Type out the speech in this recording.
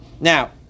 Now